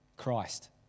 Christ